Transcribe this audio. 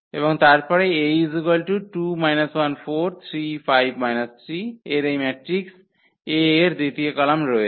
এবং তারপরে A এর এই ম্যাট্রিক্স A এর দ্বিতীয় কলাম রয়েছে